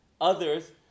Others